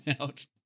out